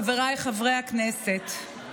חבריי חברי הכנסת,